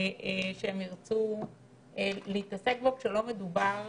שהם ירצו להתעסק בו, כשלא מדובר